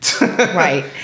right